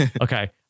Okay